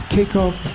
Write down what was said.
Kickoff